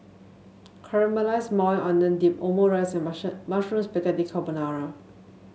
Caramelized Maui Onion Dip Omurice and Mushroom Spaghetti Carbonara